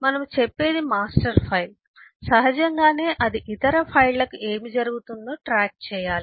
మనము చెప్పేది master file సహజంగానే అది ఇతర ఫైళ్ళకు ఏమి జరుగుతుందో ట్రాక్ చేయాలి